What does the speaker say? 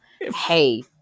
hey